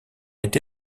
été